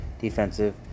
defensive